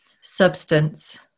substance